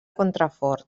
contrafort